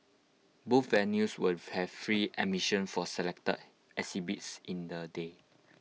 both venues will have free admissions for selected exhibits in the day